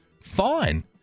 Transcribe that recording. Fine